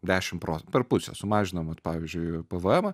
dešim proc per pusę sumažinam vat pavyzdžiui pvmą